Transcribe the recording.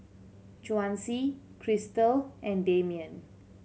Chauncey Krystal and Damian